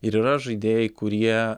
ir yra žaidėjai kurie